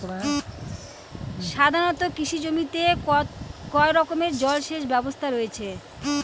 সাধারণত কৃষি জমিতে কয় রকমের জল সেচ ব্যবস্থা রয়েছে?